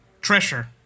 treasure